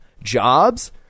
jobs